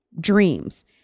dreams